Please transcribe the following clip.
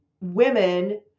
women